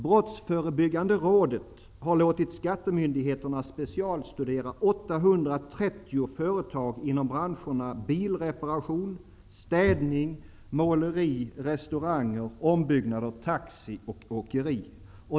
Brottsförebyggande rådet har låtit skattemyndigheterna specialstudera 830 företag inom branscherna bilreparation, städning, måleri, restauranger, ombyggnader, taxi och åkeri.